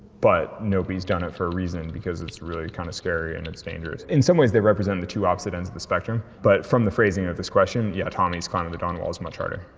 but nobody's done it for a reason, because it's really kind of scary and it's dangerous. in some ways they represent the two opposite ends of the spectrum, but from the phrasing of this question, yeah tommy's climb of the dawn wall was much harder.